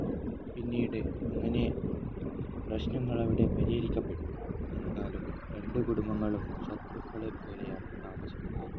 പിന്നീട് അങ്ങനെ പ്രശ്നങ്ങൾ അവിടെ പരിഹരിക്കപ്പെട്ടു എന്നാലും രണ്ട് കുടുംബങ്ങളും ശത്രുക്കളെ പോലെയാണ് താമസിക്കുന്നത്